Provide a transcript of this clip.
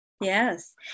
yes